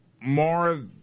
more